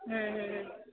ਹਮ ਹਮ ਹਮ